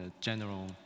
general